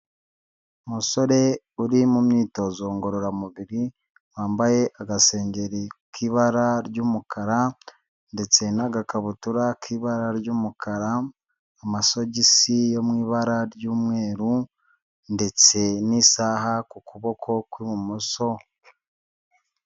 Umusore uri mu myitozo ngororamubiri, wambaye agasengeri k'ibara ry'umukara ndetse n'agakabutura k'ibara ry'umukara, amasogisi yo mu ibara ry'umweru ndetse n'isaha ku kuboko kw'ibumoso